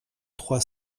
trois